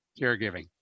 caregiving